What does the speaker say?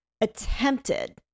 attempted